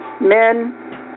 Men